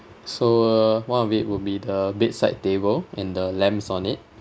so uh one of it will be the bedside table and the lamps on it